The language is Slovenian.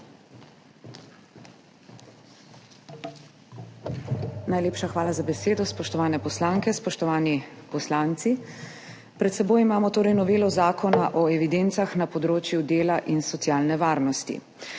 Najlepša hvala za besedo. Spoštovane poslanke, spoštovani poslanci! Pred seboj imamo torej novelo Zakona o evidencah na področju dela in socialne varnosti.